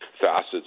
facets